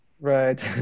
Right